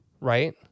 Right